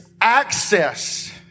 access